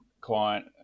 client